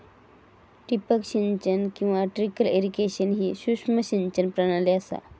ठिबक सिंचन किंवा ट्रिकल इरिगेशन ही सूक्ष्म सिंचन प्रणाली असा